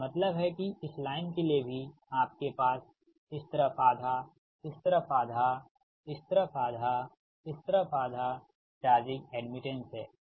इसका मतलब है कि इस लाइन के लिए भी आपके पास इस तरफ आधा इस तरफ आधा इस तरफ आधा इस तरफ आधा चार्जिंग एड्मिटेंस हैं